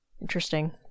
Interesting